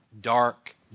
dark